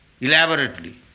elaborately